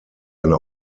eine